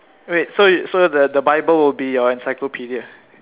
wait so y~ so the Bible will be your encyclopedia